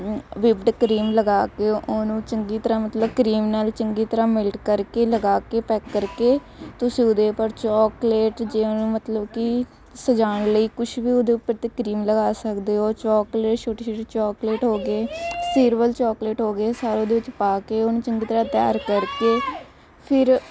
whipped cream ਲਗਾ ਕੇ ਉਹਨੂੰ ਚੰਗੀ ਤਰ੍ਹਾਂ ਮਤਲਬ ਕ੍ਰੀਮ ਨਾਲ਼ ਚੰਗੀ ਤਰ੍ਹਾਂ ਮਿਲਟ ਕਰਕੇ ਲਗਾ ਕੇ ਪੈਕ ਕਰਕੇ ਤੁਸੀਂ ਉਹਦੇ ਉੱਪਰ ਚੋਕਲੇਟ ਜੇ ਉਹਨੂੰ ਮਤਲਬ ਕਿ ਸਜਾਉਣ ਲਈ ਕੁਝ ਵੀ ਉਹਦੇ ਉੱਪਰ ਅਤੇ ਕਰੀਮ ਲਗਾ ਸਕਦੇ ਹੋ ਚੋਕਲੇਟ ਛੋਟੀ ਛੋਟੀ ਚੋਕਲੇਟ ਹੋ ਗਈ ਸਿਲਵਰ ਚੋਕਲੇਟ ਹੋ ਗਈ ਸਾਰਾ ਉਹਦੇ ਵਿੱਚ ਪਾ ਕੇ ਉਹਨੂੰ ਚੰਗੀ ਤਰ੍ਹਾਂ ਤਿਆਰ ਕਰਕੇ ਫਿਰ